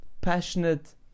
passionate